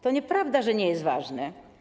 To nieprawda, że nie jest ważne.